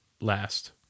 last